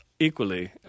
Equally